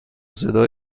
صدا